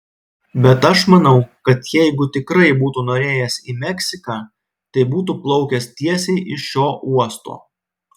bet aš manau kad jeigu tikrai būtų norėjęs į meksiką tai būtų plaukęs tiesiai iš šio uosto